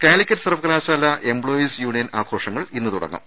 കാലിക്കറ്റ് സർവകലാശാല employees union ആഘോഷങ്ങൾ ഇന്ന് തുടങ്ങും